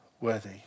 worthy